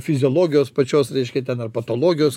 fiziologijos pačios reiškia ten ar patologijos